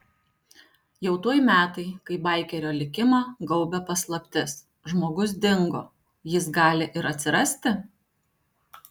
jau tuoj metai kai baikerio likimą gaubia paslaptis žmogus dingo jis gali ir atsirasti